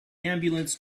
ambulance